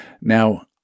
Now